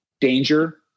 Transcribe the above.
danger